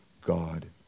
God